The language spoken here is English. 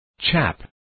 Chap